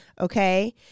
Okay